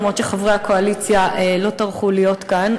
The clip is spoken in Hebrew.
אף שחברי הקואליציה לא טרחו להיות כאן,